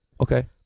Okay